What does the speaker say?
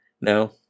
no